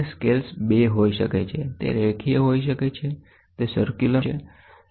અને સ્કેલ 2 હોઈ શકે છે તે રેખીય હોઈ શકે છે તે સર્કુલાર હોઈ શકે છે